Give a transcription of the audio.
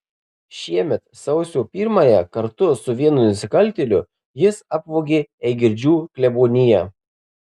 šiemet sausio pirmąją kartu su vienu nusikaltėliu jis apvogė eigirdžių kleboniją